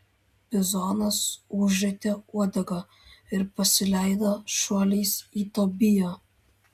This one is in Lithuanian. bizonas užrietė uodegą ir pasileido šuoliais į tobiją